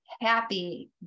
happy